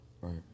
right